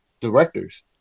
directors